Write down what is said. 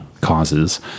causes